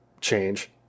change